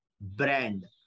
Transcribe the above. brand